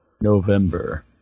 November